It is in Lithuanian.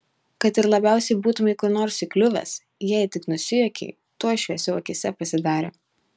kad ir labiausiai būtumei kur nors įkliuvęs jei tik nusijuokei tuoj šviesiau akyse pasidarė